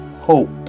hope